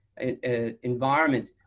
environment